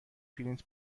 پرینت